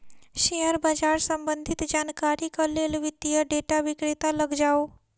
share बाजार सम्बंधित जानकारीक लेल वित्तीय डेटा विक्रेता लग जाऊ